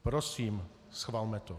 Prosím, schvalme to.